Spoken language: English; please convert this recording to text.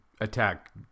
attack